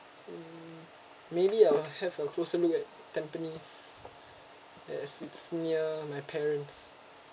mm maybe I will have a closer look at tampines that as it's near my parents